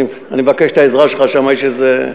אני מבקש את העזרה שלך שם.